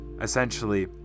essentially